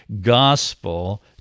gospel